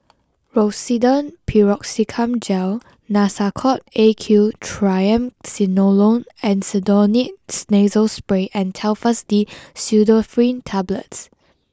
Rosiden Piroxicam Gel Nasacort A Q Triamcinolone Acetonide Nasal Spray and Telfast D Pseudoephrine Tablets